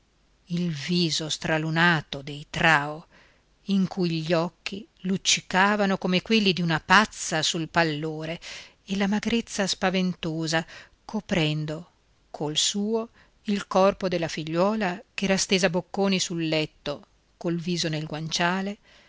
il viso stralunato dei trao in cui gli occhi luccicavano come quelli di una pazza sul pallore e la magrezza spaventosa coprendo col suo il corpo della figliuola ch'era stesa bocconi sul letto col viso nel guanciale